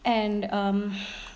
and um